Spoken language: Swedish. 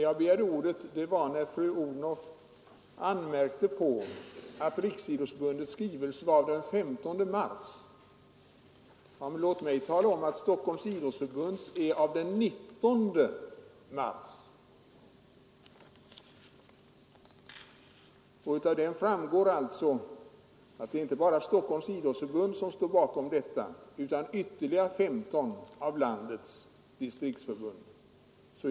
Jag begärde ordet när fru Odhnoff anmärkte på att Riksidrottsförbundets skrivelse var av den 15 mars. Men låt mig då tala om att Stockholms idrottsförbunds skrivelse är av den 19 mars. Av skrivelsen framgår att det inte bara är Stockholms idrottsförbund som står bakom den, utan ytterligare 15 av landets distriktsförbund.